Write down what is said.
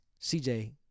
CJ